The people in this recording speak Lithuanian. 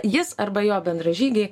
jis arba jo bendražygiai